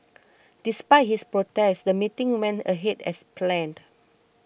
despite his protest the meeting went ahead as planned